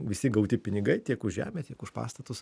visi gauti pinigai tiek už žemę tiek už pastatus